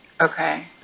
Okay